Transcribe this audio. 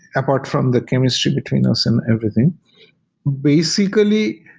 apart from the chemistry between us and everything basically,